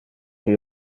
que